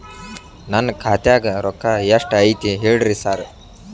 ನನ್ ಖಾತ್ಯಾಗ ರೊಕ್ಕಾ ಎಷ್ಟ್ ಐತಿ ಹೇಳ್ರಿ ಸಾರ್?